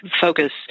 focus